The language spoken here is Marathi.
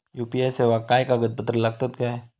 यू.पी.आय सेवाक काय कागदपत्र लागतत काय?